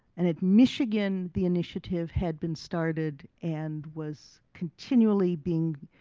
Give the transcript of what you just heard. and at michigan the initiative had been started and was continually being,